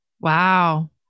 Wow